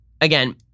again